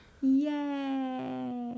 yay